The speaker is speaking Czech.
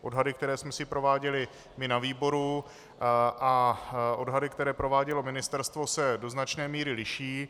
Odhady, které jsme si prováděli my na výboru, a odhady, které provádělo ministerstvo, se do značné míry liší.